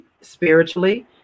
spiritually